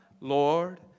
Lord